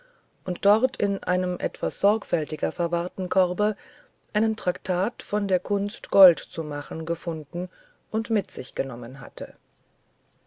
und dort in einem etwas sorgfältiger verwahrten korbe einen traktat von der kunst gold zu machen gefunden und mit sich genommen hatte